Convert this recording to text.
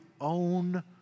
own